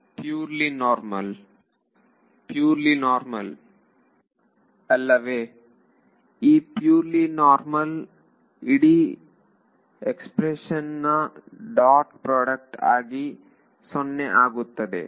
ವಿದ್ಯಾರ್ಥಿ purely normal purely normal ಅಲ್ಲವೇ ಈ ಪ್ಯೂರ್ಲೀ ನಾರ್ಮಲ್ ಇಡೀ ಎಕ್ಸ್ಪ್ರೆಶನ್ ನ ಡಾಟ್ ಪ್ರಾಡಕ್ಟ್ ಆಗಿ0 ಆಗುತ್ತದೆ